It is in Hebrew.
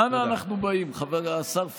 אנה אנחנו באים, השר פריג'?